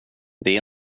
det